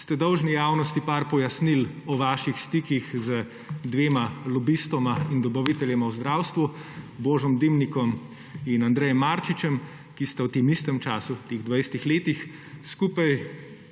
ste dolžni javnosti nekaj pojasnil o vaših stikih z dvema lobistoma in dobaviteljema v zdravstvu, Božom Dimnikom in Andrejem Marčičem, ki sta v tem istem času, v teh 20 letih skupaj